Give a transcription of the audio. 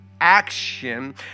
action